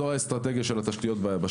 בשקף הזה זו האסטרטגיה של התשתיות ביבשה.